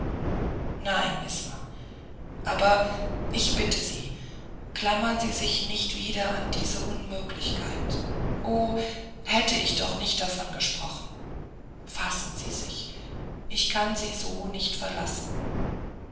nein isma aber ich bitte sie klammern sie sich nicht wieder an diese unmöglichkeit oh hätte ich doch nicht davon gesprochen fassen sie sich ich kann sie so nicht verlassen